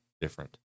different